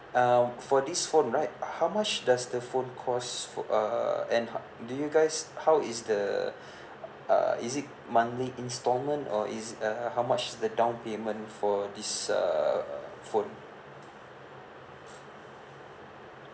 um for this phone right how much does the phone cost uh and do you guys how is the uh is it monthly installment or is it uh how much is the down payment for this uh phone